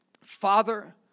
Father